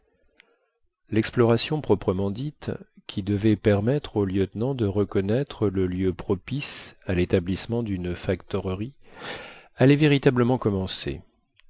l'exploration proprement dite qui devait permettre au lieutenant de reconnaître le lieu propice à l'établissement d'une factorerie allait véritablement commencer